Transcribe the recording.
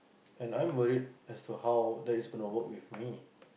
and I'm worried as to how that is gonna work with me